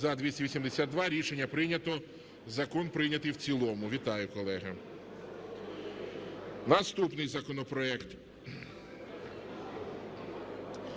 За-282 Рішення прийнято. Закон прийнятий в цілому. Вітаю, колеги. Наступний законопроект